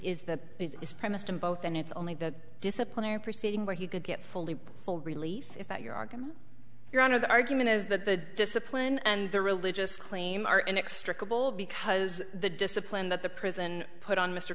is that is premised on both and it's only the disciplinary proceeding where he could get fully full relief is that your argument your honor the argument is that the discipline and the religious claim are inextricably because the discipline that the prison put on mr